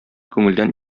күңелдән